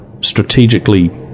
strategically